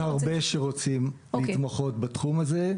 יש הרבה שרוצים להתמחות בתחום הזה,